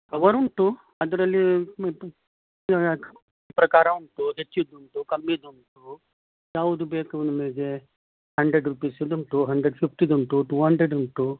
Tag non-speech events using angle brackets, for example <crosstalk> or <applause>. cover ಉಂಟು ಅದರಲ್ಲಿ <unintelligible> ಪ್ರಕಾರ ಉಂಟು ಹೆಚ್ಚಿದುಂಟು ಕಮ್ಮಿದುಂಟು ಯಾವುದು ಬೇಕು ನಿಮಗೆ ಹಂಡ್ರೆಡ್ ರುಪೀಸಿದುಂಟು ಹಂಡ್ರೆಡ್ ಫಿಫ್ಟಿದುಂಟು ಟೂ ಹಂಡ್ರೆಡ್ ಉಂಟು